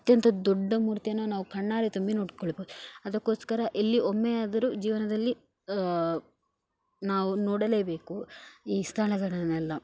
ಅತ್ಯಂತ ದೊಡ್ಡ ಮೂರ್ತಿಯನ್ನು ನಾವು ಕಣ್ಣಾರೆ ತುಂಬಿ ನೋಡ್ಕೊಳ್ಬೋದು ಅದಕ್ಕೋಸ್ಕರ ಇಲ್ಲಿ ಒಮ್ಮೆಯಾದರು ಜೀವನದಲ್ಲಿ ನಾವು ನೋಡಲೇಬೇಕು ಈ ಸ್ಥಳಗಳನ್ನೆಲ್ಲ